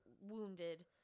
wounded